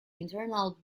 internal